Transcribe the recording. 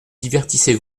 divertissez